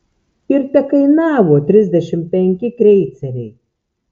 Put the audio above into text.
ir tekainavo trisdešimt penki kreiceriai